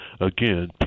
again